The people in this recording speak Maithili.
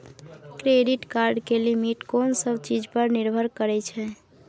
क्रेडिट कार्ड के लिमिट कोन सब चीज पर निर्भर करै छै?